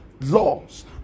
laws